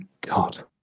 God